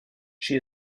she